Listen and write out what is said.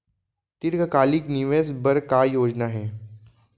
दीर्घकालिक निवेश बर का योजना हे?